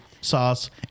sauce